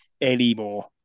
anymore